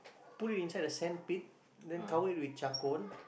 put it inside a sand pit then cover it with charcoal